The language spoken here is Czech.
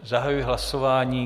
Zahajuji hlasování.